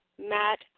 Matt